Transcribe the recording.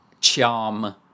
charm